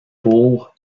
pour